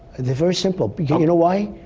they're very simple. you know why?